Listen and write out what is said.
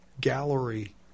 gallery